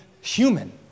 human